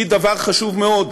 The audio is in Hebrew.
הן דבר חשוב מאוד.